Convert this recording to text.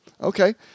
Okay